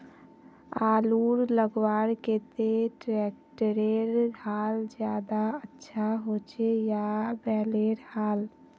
आलूर लगवार केते ट्रैक्टरेर हाल ज्यादा अच्छा होचे या बैलेर हाल?